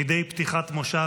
מדי פתיחת מושב,